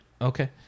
Okay